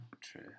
True